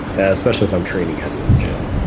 especially if i'm training heavy in the gym.